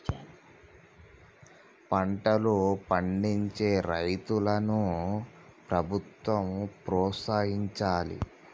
పంటలు పండించే రైతులను ప్రభుత్వం ప్రోత్సహించాలి